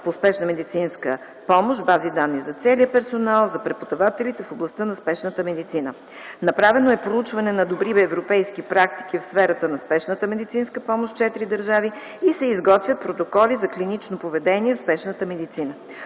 по спешна медицинска помощ – бази данни за целия персонал, за преподавателите в областта на спешната медицина. Направено е проучване на добри европейски практики в сферата на спешната медицинска помощ в четири държави и се изготвят протоколи за клинично поведение в спешната медицина.